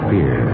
Fear